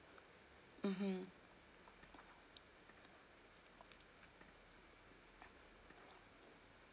mmhmm